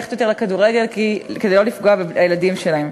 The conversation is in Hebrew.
ללכת יותר לכדורגל כדי שלא לפגוע בילדים שלהם.